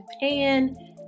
Japan